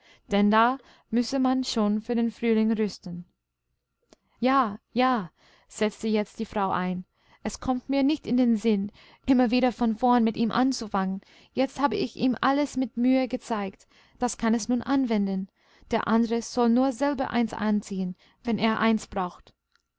denn da müsse man schon für den frühling rüsten ja ja setzte jetzt die frau ein es kommt mir nicht in den sinn immer wieder von vorn mit ihm anzufangen jetzt habe ich ihm alles mit mühe gezeigt das kann es nun anwenden der andres soll nur selber eins anziehen wenn er eins braucht